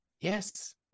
Yes